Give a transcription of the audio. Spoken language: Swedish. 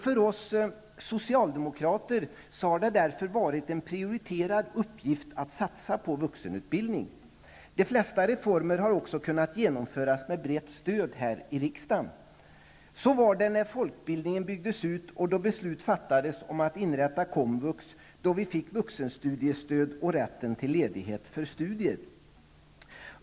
För oss socialdemokrater har det därför varit en prioriterad uppgift att satsa på vuxenutbildning. De flesta reformer har också kunnat genomföras med brett stöd i riksdagen. Så var det när folkbildningen byggdes ut, då beslut fattades om att inrätta komvux och då vi fick vuxenstudiestöd och rätten till ledighet för studier.